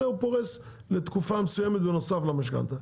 את זה הוא פורש לתקופה מסוימת בנוסף למשכנתה.